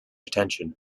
attention